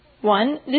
One